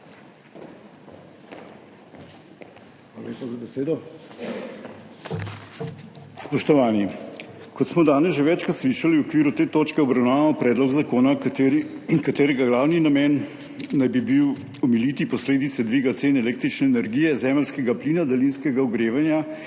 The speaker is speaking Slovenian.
Spoštovani! Kot smo danes že večkrat slišali, v okviru te točke obravnavamo predlog zakona, katerega glavni namen naj bi bil omiliti posledice dviga cen električne energije, zemeljskega plina, daljinskega ogrevanja,